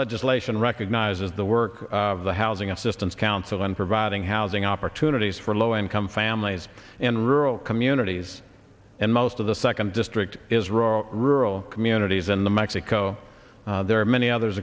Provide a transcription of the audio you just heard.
legislation recognizes the work of the housing assistance council in providing housing opportunities for low income families and rural communities and most of the second district is rural rural communities in the mexico there are many others